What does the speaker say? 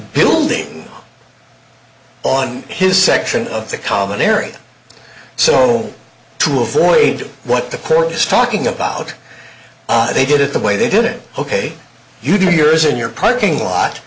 building on his section of the common area so to avoid what the course is talking about they did it the way they did it ok you do yours in your parking lot